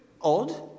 odd